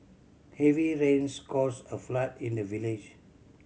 heavy rains caused a flood in the village